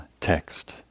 text